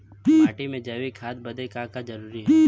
माटी में जैविक खाद बदे का का जरूरी ह?